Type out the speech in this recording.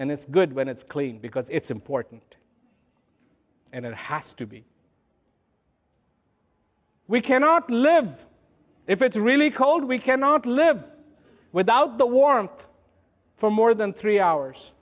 and it's good when it's clean because it's important and it has to be we cannot live if it's really cold we cannot live without the warmth for more than three hours